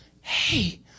hey